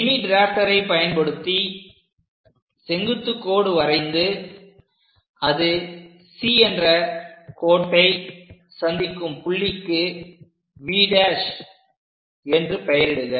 mini டிராஃப்ட்டரை பயன்படுத்தி செங்குத்துக் கோடு வரைந்து அது C என்ற கோட்டை சந்திக்கும் புள்ளிக்கு V' என்று பெயரிடுக